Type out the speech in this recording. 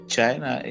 China